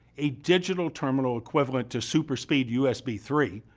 a digital terminal equivalent to super speed usb three,